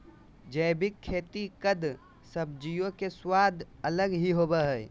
जैविक खेती कद सब्जियों के स्वाद अलग ही होबो हइ